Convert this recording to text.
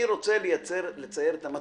אני רוצה לצייר את המצב.